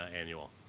annual